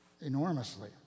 enormously